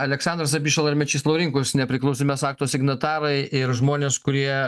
aleksandras abišala ir mečys laurinkus nepriklausomybės akto signatarai ir žmonės kurie